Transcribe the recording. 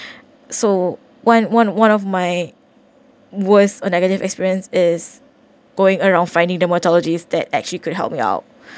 so one one one of my worst or negative experience is going around finding dermatologist that actually could help me out